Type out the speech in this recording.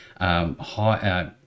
high